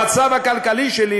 המצב הכלכלי שלי,